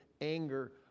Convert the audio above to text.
anger